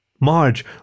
Marge